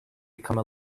become